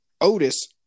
Otis